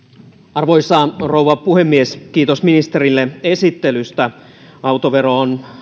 arvoisa rouva puhemies kiitos ministerille esittelystä autovero on